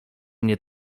mnie